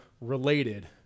related